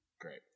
great